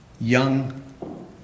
young